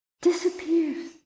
disappears